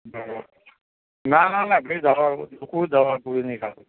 બરાબર ના ના ના કંઈ દવા ગો કોઈ દવા ગોળી નથી ખાતો